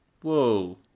Whoa